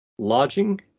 lodging